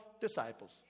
disciples